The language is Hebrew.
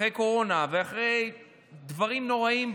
אחרי קורונה ואחרי דברים נוראיים,